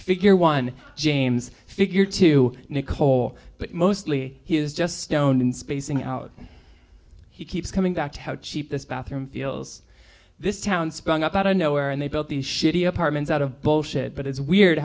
figure one james figure to nicole but mostly he is just stone in spacing out he keeps coming back to how cheap this bathroom feels this town sprung up out of nowhere and they built the shitty apartments out of bullshit but it's weird